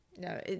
No